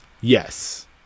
Yes